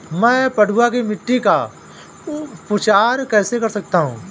मैं पडुआ की मिट्टी का उपचार कैसे कर सकता हूँ?